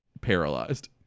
paralyzed